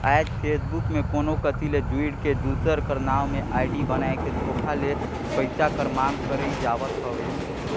आएज फेसबुक में कोनो कती ले जुइड़ के, दूसर कर नांव में आईडी बनाए के धोखा ले पइसा कर मांग करई जावत हवे